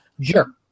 Sure